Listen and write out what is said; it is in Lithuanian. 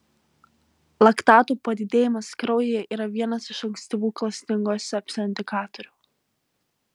laktatų padidėjimas kraujyje yra vienas iš ankstyvų klastingojo sepsio indikatorių